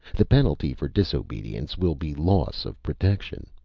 the penalty for disobedience will be loss of protection.